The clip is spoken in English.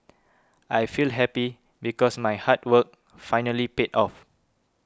I feel happy because my hard work finally paid off